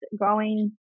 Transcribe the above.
growing